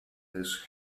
this